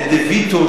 לדה-ויטו,